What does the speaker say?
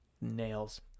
nails